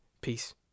peace